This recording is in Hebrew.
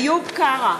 איוב קרא,